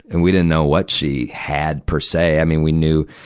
and we didn't know what she had, per se. i mean, we knew,